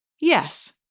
Yes